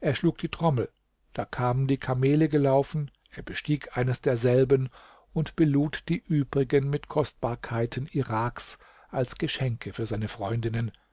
er schlug die trommel da kamen die kamele gelaufen er bestieg eines derselben und belud die übrigen mit kostbarkeiten iraks als geschenke für seine freundinnen